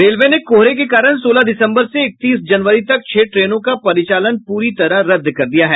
railway ने कोहरे के कारण सोलह दिसंबर से इकतीस जनवरी तक छह ट्रेनों का परिचालन पूरी तरह रद्द कर दिया है